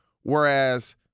whereas